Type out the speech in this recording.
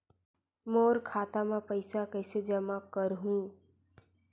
मोर खाता म पईसा कइसे जमा करहु?